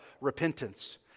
repentance